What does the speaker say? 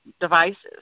devices